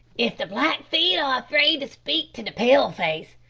if the blackfeet are afraid to speak to the pale-face,